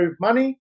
money